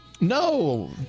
No